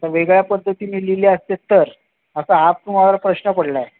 त्या वेगळ्या पद्धतीने लिहिल्या असत्या तर असा आज तुम्हाला प्रश्न पडला आहे